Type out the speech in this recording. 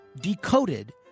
decoded